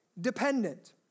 dependent